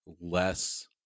less